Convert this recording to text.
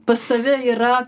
pas tave yra